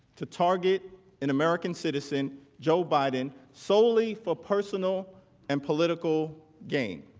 to target an american citizen joe biden solely for personal and political gain.